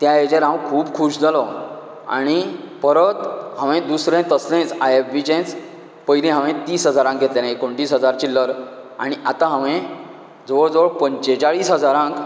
त्या हेजेर हांव खूब खुश जालो आनी परत हांवे दुसरें तसलेंच आय एफ बी चेच पयलीं हांवेन तीस हजारांक घेतलेलें एकोण तीस हजार चिल्लर आनी आता हांवें जवळ जवळ पंचेचाळीस हजारांक